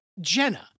Jenna